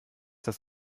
das